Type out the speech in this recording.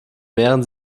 mehren